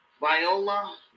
Viola